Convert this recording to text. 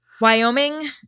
Wyoming